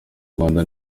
rwanda